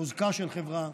חוזקה של חברה,